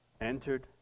Entered